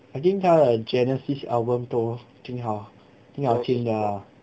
I think 他的 genesis album 都挺好挺好听的啦